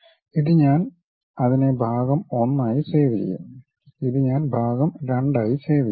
ഇത് ഞാൻ അതിനെ ഭാഗം 1 ആയി സേവ് ചെയും ഇത് ഞാൻ ഭാഗം 2 ആയി സേവ് ചെയും